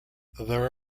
there